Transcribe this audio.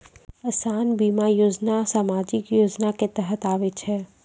असान बीमा योजना समाजिक योजना के तहत आवै छै